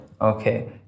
Okay